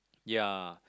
ya